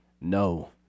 no